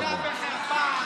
בושה וחרפה,